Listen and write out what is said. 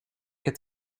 het